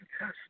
Yes